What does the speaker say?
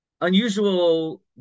unusual